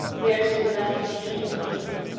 they are to be left with me until evening.